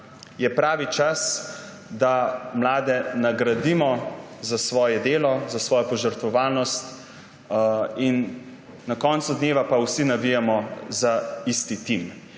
je pravi čas, da mlade nagradimo za njihovo delo, za njihovo požrtvovalnost. Na koncu dneva pa vsi navijamo za isti tim